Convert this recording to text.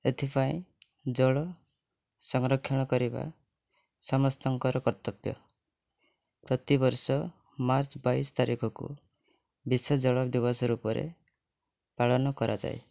ଏଥିପାଇଁ ଜଳ ସଂରକ୍ଷଣ କରିବା ସମସ୍ତଙ୍କର କର୍ତ୍ତବ୍ୟ ପ୍ରତିବର୍ଷ ମାର୍ଚ୍ଚ ବାଇଶ ତାରିଖକୁ ବିଶ୍ୱଜଳ ଦିବସ ରୂପରେ ପାଳନ କରାଯାଏ